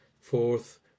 Fourth